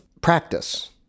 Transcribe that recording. practice